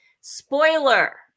Spoiler